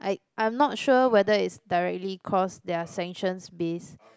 I I'm not sure whether is directly cause their sanctions base